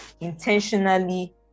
intentionally